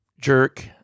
jerk